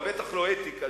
אבל בטח לא אתיקה,